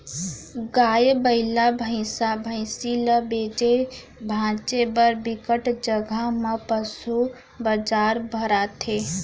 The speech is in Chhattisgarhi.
गाय, बइला, भइसा, भइसी ल बेचे भांजे बर बिकट जघा म पसू बजार भराथे